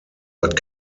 but